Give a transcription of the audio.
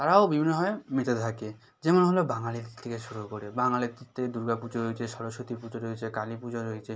তারাও বিভিন্নভাবে মেতে থাকে যেমন হলো বাঙালির দিক থেকে শুরু করে বাঙালির দিক থেকে দুর্গা পুজো রয়েছে সরস্বতী পূজা রয়েছে কালী পূজা রয়েছে